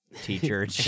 teacher